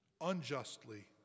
unjustly